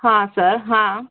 ಹಾಂ ಸರ್ ಹಾಂ